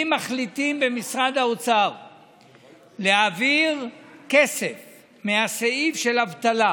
אם מחליטים במשרד האוצר להעביר כסף מסעיף של אבטלה